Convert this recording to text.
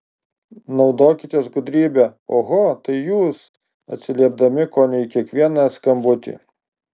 naudokitės gudrybe oho tai jūs atsiliepdami kone į kiekvieną skambutį